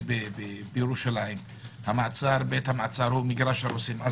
בירושלים בית המעצר הוא מגרש הרוסים,